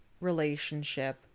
relationship